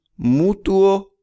mutuo